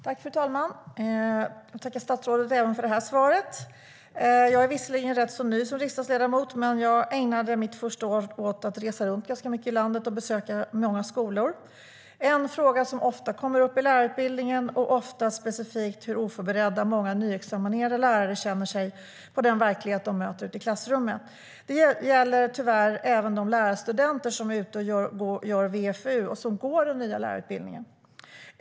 Fru ålderspresident! Jag tackar statsrådet även för detta svar. Jag är visserligen rätt ny som riksdagsledamot, men jag ägnade mitt första år åt att resa runt ganska mycket i landet och besöka många skolor. En fråga som ofta kommer upp är lärarutbildningen, och ofta specifikt hur oförberedda många nyutexaminerade lärare känner sig inför den verklighet de möter i klassrummet. Det gäller tyvärr även de lärarstudenter som är ute och gör VFU och som går den nya lärarutbildningen.